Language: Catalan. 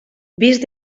vist